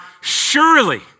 surely